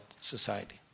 society